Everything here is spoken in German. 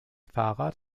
fahrrad